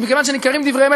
ומכיוון שניכרים דברי אמת,